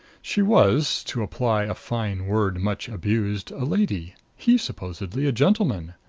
she was, to apply a fine word much abused, a lady he supposedly a gentleman.